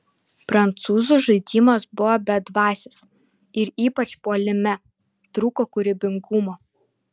prancūzų žaidimas buvo bedvasis ir ypač puolime trūko kūrybingumo